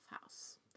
House